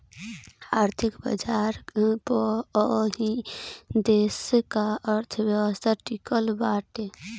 आर्थिक बाजार पअ ही देस का अर्थव्यवस्था टिकल बाटे